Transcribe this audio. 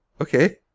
Okay